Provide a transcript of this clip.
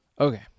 Okay